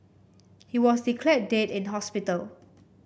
he was declared dead in hospital